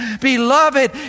Beloved